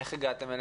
איך הגעתם אליהם?